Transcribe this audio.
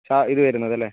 ആ ഇതുവരുന്നതല്ലേ